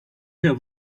have